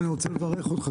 אני רוצה לברך אותך,